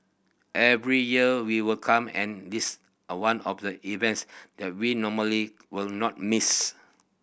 every year we will come and this a one of the events that we normally will not miss